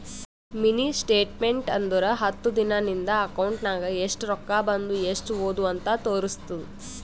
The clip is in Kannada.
ಮಿನಿ ಸ್ಟೇಟ್ಮೆಂಟ್ ಅಂದುರ್ ಹತ್ತು ದಿನಾ ನಿಂದ ಅಕೌಂಟ್ ನಾಗ್ ಎಸ್ಟ್ ರೊಕ್ಕಾ ಬಂದು ಎಸ್ಟ್ ಹೋದು ಅಂತ್ ತೋರುಸ್ತುದ್